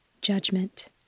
judgment